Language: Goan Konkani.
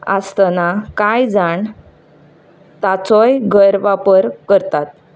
आसतना कांय जाण ताचोय गैर वापर करतात